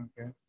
Okay